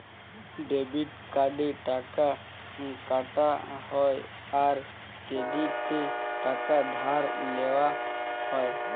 debit কার্ডে টাকা কাটা হ্যয় আর ক্রেডিটে টাকা ধার লেওয়া হ্য়য়